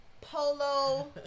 polo